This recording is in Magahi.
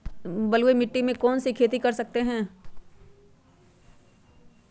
बलुई मिट्टी में हम कौन कौन सी खेती कर सकते हैँ?